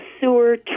sewer